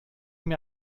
mir